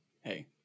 Hey